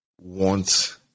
want